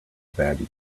batty